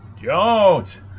Jones